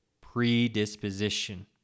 predisposition